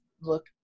look